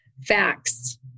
facts